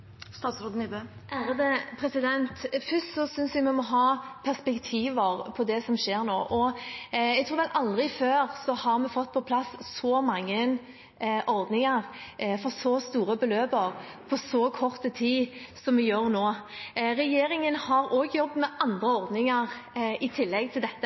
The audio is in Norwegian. Først synes jeg vi må ha perspektiver på det som skjer nå. Jeg tror vi aldri før har fått på plass så mange ordninger for så store beløp på så kort tid som vi gjør nå. Regjeringen har også jobbet med andre ordninger i tillegg til dette,